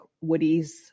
Woody's